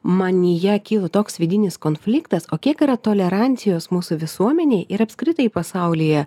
manyje kyla toks vidinis konfliktas o kiek yra tolerancijos mūsų visuomenėj ir apskritai pasaulyje